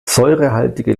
säurehaltige